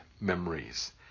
memories